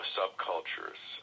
subcultures